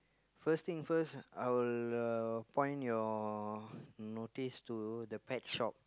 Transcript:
first thing first I will uh point your notice to the pet shop